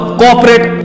corporate